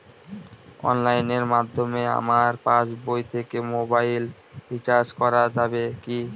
অনলাইনের মাধ্যমে আমার পাসবই থেকে মোবাইল রিচার্জ করা যাবে কি?